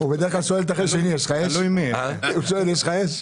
הנושא הוא גם